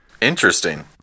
Interesting